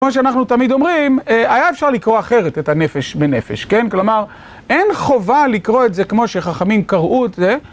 כמו שאנחנו תמיד אומרים, היה אפשר לקרוא אחרת את הנפש בנפש, כן? כלומר, אין חובה לקרוא את זה כמו שחכמים קראו את זה.